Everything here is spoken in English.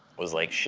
was like,